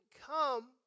come